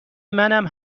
منم